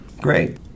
Great